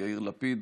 יאיר לפיד,